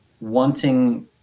wanting